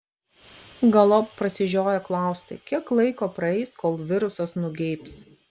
galop prasižiojo klausti kiek laiko praeis kol virusas nugeibs